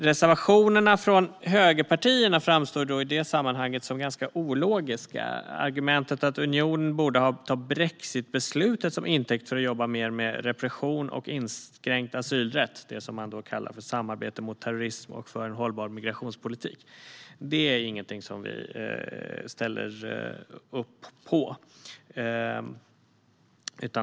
Reservationerna från högerpartierna framstår i det sammanhanget som ganska ologiska. Argumentet att unionen borde ta brexitbeslutet till intäkt för att jobba mer med repression och inskränkt asylrätt - det man kallar samarbete mot terrorism och för en hållbar migrationspolitik - är ingenting vi ställer upp på.